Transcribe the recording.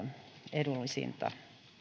edullisinta